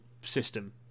system